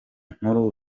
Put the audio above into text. nkuru